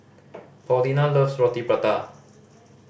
Paulina loves Roti Prata